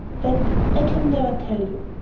that i can never tell you.